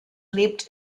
lebt